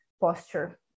posture